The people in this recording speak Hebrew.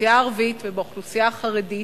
באוכלוסייה הערבית ובאוכלוסייה החרדית,